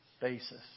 basis